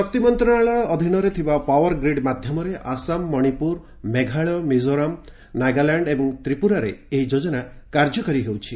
ଶକ୍ତି ମନ୍ତ୍ରଣାଳୟ ଅଧୀନରେ ଥିବା ପାୱାର ଗ୍ରୀଡ଼ ମାଧ୍ୟମରେ ଆସାମ ମଣିପୁର ମେଘାଳୟ ମିକୋରାମ ନାଗାଲାଣ୍ଡ ଏବଂ ତ୍ରିପୁରାରେ ଏହି ଯୋଜନା କାର୍ଯ୍ୟକାରୀ ହେଉଛି